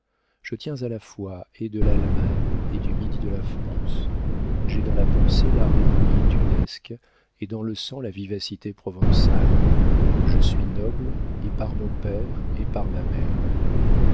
je tiens à la fois et de l'allemagne et du midi de la france j'ai dans la pensée la rêverie tudesque et dans le sang la vivacité provençale je suis noble et par mon père et par ma mère